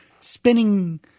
spinning